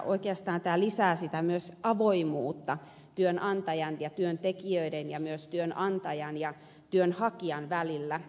oikeastaan tämä lisää myös avoimuutta työnantajan ja työntekijöiden ja myös työnantajan ja työnhakijan välillä